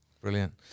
Brilliant